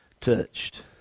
touched